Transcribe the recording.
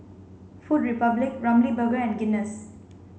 Food Republic Ramly Burger and Guinness